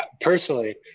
personally